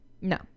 no